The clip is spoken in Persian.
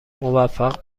موفق